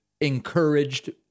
encouraged